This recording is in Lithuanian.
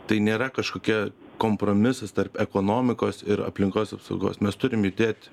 tai nėra kažkokia kompromisas tarp ekonomikos ir aplinkos apsaugos mes turim judėti